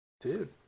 Dude